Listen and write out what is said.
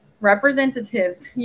representatives